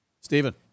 Stephen